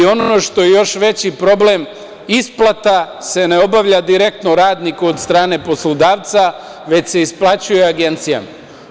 Ono što je još veći problem isplata se ne obavlja direktno radniku od strane poslodavca već se isplaćuje agencijama.